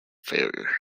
failure